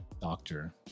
doctor